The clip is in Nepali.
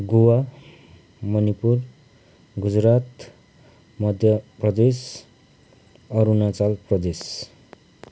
गोवा मणिपुर गुजरात मध्यप्रदेश अरुणाचल प्रदेश